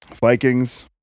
vikings